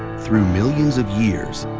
through millions of years,